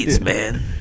man